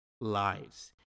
lives